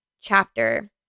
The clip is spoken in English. chapter